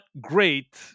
great